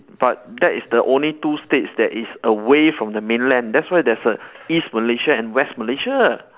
but that is the only two states that is away from the mainland that's why there's a east malaysia and west malaysia